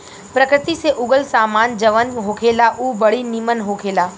प्रकृति से उगल सामान जवन होखेला उ बड़ी निमन होखेला